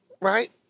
right